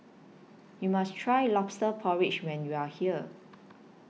YOU must Try Lobster Porridge when YOU Are here